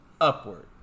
upward